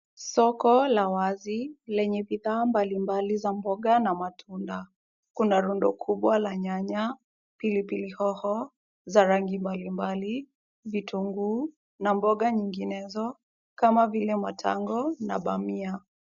Soko la wazi lenye bidhaa mbalimbali za mboga na matunda, kuna rundo kubwa la nyanya, pilipili hoho za rangi mbalimbali, vitunguu na mboga nyinginezo kama vile matango na bamia.